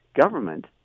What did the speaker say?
government